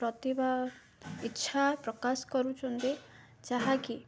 ପ୍ରତିଭା ଇଚ୍ଛା ପ୍ରକାଶ କରୁଛନ୍ତି ଯାହାକି